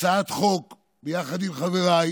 הצעת חוק, ביחד עם חבריי,